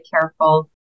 careful